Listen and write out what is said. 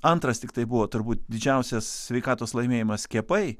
antras tiktai buvo turbūt didžiausias sveikatos laimėjimas skiepai